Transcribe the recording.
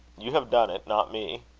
you have done it, not me.